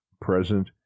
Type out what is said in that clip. present